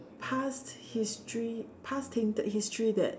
past history past thing tainted history that